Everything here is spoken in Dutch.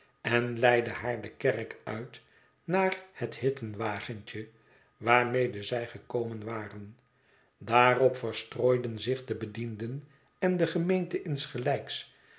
en leidde haar de kerk uit naar het hitten wagentje waarmede zij gekomen waren daarop verstrooiden zich de bedienden en de gemeente insgelijks